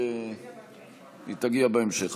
היא תגיע בהמשך.